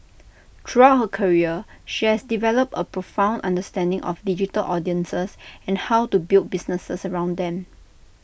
throughout her career she has developed A profound understanding of digital audiences and how to build businesses around them